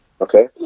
okay